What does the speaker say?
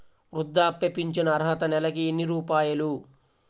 వృద్ధాప్య ఫింఛను అర్హత నెలకి ఎన్ని రూపాయలు?